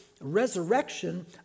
resurrection